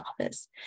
office